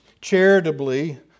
charitably